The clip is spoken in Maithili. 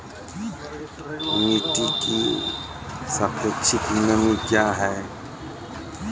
मिटी की सापेक्षिक नमी कया हैं?